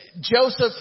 Joseph